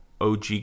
OG